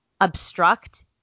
obstruct